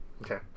Okay